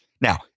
Now